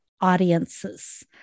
audiences